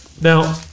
Now